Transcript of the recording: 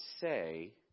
say